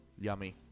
Yummy